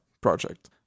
project